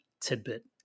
tidbit